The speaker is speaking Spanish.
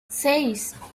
seis